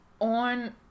On